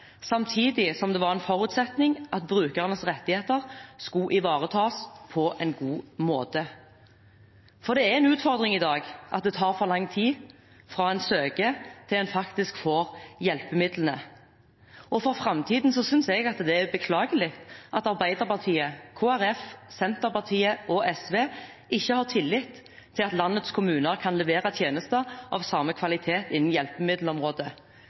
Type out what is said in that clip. samtidig som det var en forutsetning at brukernes rettigheter skulle ivaretas på en god måte. Det er en utfordring i dag at det tar for lang tid fra en søker, til en faktisk får hjelpemidlene. Med tanke på framtiden synes jeg det er beklagelig at Arbeiderpartiet, Kristelig Folkeparti, Senterpartiet og SV ikke har tillit til at landets kommuner kan levere tjenester av samme kvalitet innen hjelpemiddelområdet.